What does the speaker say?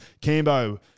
Cambo